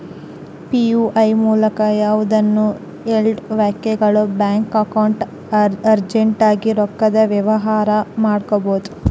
UPI ಮೂಲಕ ಯಾವ್ದನ ಎಲ್ಡು ವ್ಯಕ್ತಿಗುಳು ಬ್ಯಾಂಕ್ ಅಕೌಂಟ್ಗೆ ಅರ್ಜೆಂಟ್ ಆಗಿ ರೊಕ್ಕದ ವ್ಯವಹಾರ ಮಾಡ್ಬೋದು